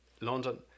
London